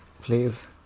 Please